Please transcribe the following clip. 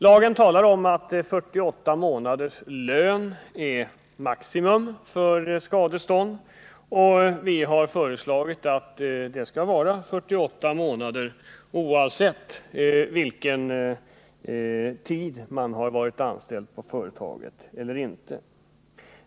Lagen talar om att 48 månaders lön är maximum för skadestånd. Vi har föreslagit att det skall vara 48 månaders lön oavsett anställningstid på företaget i fråga.